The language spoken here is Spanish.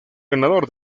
ganador